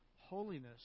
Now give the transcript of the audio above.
holiness